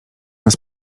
nas